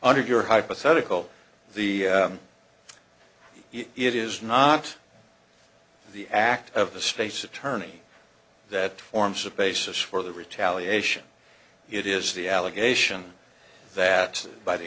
under your hypothetical the it is not the act of the state's attorney that forms a basis for the retaliation it is the allegation that by the